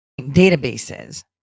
databases